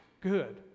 good